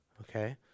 okay